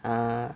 err